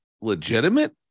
legitimate